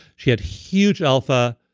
she had huge alpha,